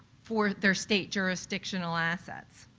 for their state jurisdictional assets.